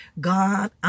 God